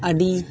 ᱟᱹᱰᱤ